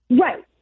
Right